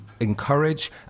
encourage